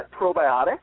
probiotics